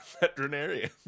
veterinarian